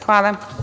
Hvala.